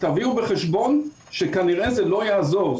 תביאו בחשבון שכנראה זה לא יעזור.